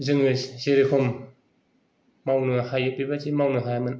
जोङो जेरेखम मावनो हायो बेबादि मावनो हायामोन